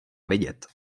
vědět